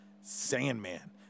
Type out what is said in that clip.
sandman